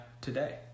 today